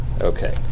Okay